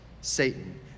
Satan